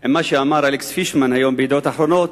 עם מה שאמר אלכס פישמן היום ב"ידיעות אחרונות",